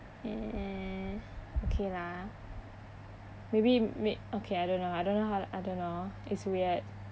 eh okay lah maybe may~ okay I don't know I don't know how to I don't know it's weird